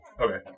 Okay